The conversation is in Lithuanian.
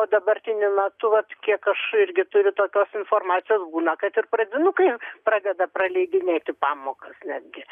o dabartiniu metu vat kiek aš irgi turi tokios informacijos būna kad ir pradinukai pradeda praleidinėti pamokas netgi